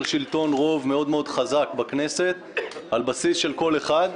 שלטון רוב מאוד מאוד חזק בכנסת על בסיס של קול אחד,